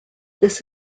this